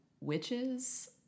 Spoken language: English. witches